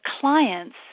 clients